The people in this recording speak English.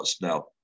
Now